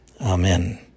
Amen